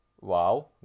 Wow